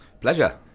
Pleasure